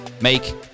Make